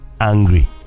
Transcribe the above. angry